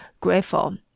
grateful